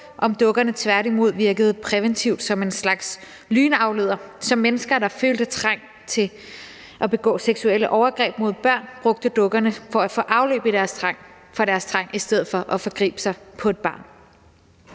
om dukkerne tværtimod virkede præventivt som en slags lynafleder, så mennesker, der følte trang til at begå seksuelle overgreb mod børn, brugte dukkerne til at få afløb for deres trang i stedet for at forgribe sig på et barn.